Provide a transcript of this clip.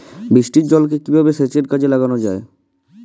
বৃষ্টির জলকে কিভাবে সেচের কাজে লাগানো যায়?